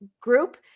group